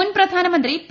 മുൻ പ്രധാനമന്ത്രി പി